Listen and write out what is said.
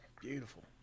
beautiful